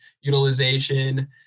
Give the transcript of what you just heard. utilization